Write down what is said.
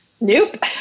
nope